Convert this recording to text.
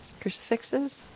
Crucifixes